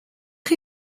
chi